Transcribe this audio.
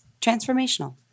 transformational